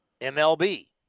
MLB